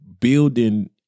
building